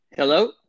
Hello